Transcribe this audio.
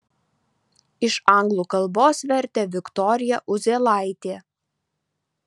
iš anglų kalbos vertė viktorija uzėlaitė